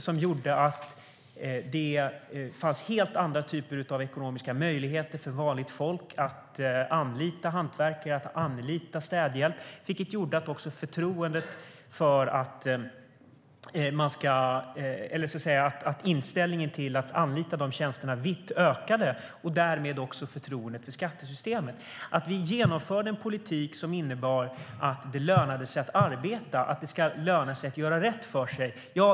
Det gjorde att det blev helt andra ekonomiska möjligheter för vanligt folk att anlita hantverkare och städhjälp, vilket gjorde att det blev en ökad användning av dessa tjänster vitt och därmed ett ökat förtroende för skattesystemet. Vi genomförde en politik som innebar att det lönade sig att arbeta och göra rätt för sig.